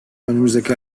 önümüzdeki